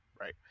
right